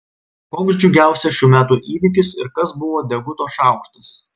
koks džiugiausias šių metų įvykis ir kas buvo deguto šaukštas